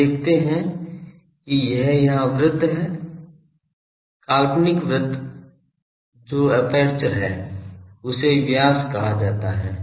हम देखते हैं कि यह यहां वृत्त है काल्पनिक वृत्त जो एपर्चर है उसे व्यास कहा जा रहा है